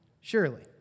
Surely